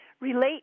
relate